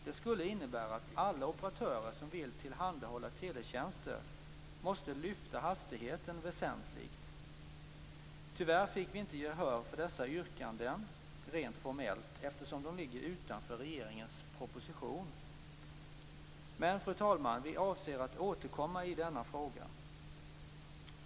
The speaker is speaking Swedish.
Det skulle innebära att alla operatörer som vill tillhandahålla teletjänster måste höja hastigheten väsentligt. Tyvärr fick vi inte gehör för dessa yrkanden rent formellt, eftersom de ligger utanför regeringens proposition. Men, fru talman, vi avser att återkomma i denna fråga.